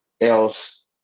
else